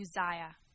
Uzziah